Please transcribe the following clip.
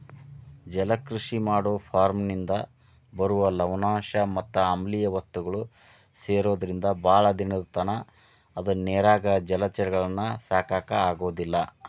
ಜಲಕೃಷಿ ಮಾಡೋ ಫಾರ್ಮನಿಂದ ಬರುವ ಲವಣಾಂಶ ಮತ್ ಆಮ್ಲಿಯ ವಸ್ತುಗಳು ಸೇರೊದ್ರಿಂದ ಬಾಳ ದಿನದತನ ಅದ ನೇರಾಗ ಜಲಚರಗಳನ್ನ ಸಾಕಾಕ ಆಗೋದಿಲ್ಲ